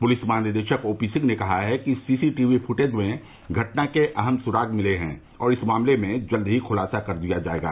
police महानिदेशक ओपीसिंह ने कहा है कि सीसी टीवी फुटेज में घटना के अहम सुराग मिले है और इस मामले में जल्द ही खुलासा कर दिया जायेगा